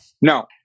no